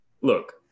look